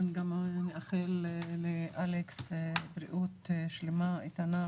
נאחל לאלכס בריאות שלמה, איתנה.